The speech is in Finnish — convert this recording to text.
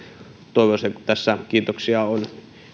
toivoisin kun tässä kiitoksia on